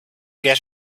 get